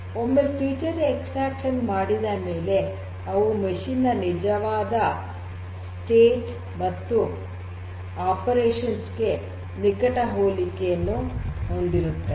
ಒಮ್ಮೆ feature extraction ಮಾಡಿದ ಮೇಲೆ ಅವು ಯಂತ್ರದ ನಿಜವಾದ ಸ್ಥಿತಿ ಮತ್ತು ಕಾರ್ಯಾಚರಣೆಗೆ ನಿಕಟ ಹೋಲಿಕೆಯನ್ನು ಹೊಂದಿರುತ್ತವೆ